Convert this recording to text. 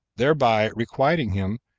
thereby requiting him,